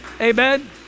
Amen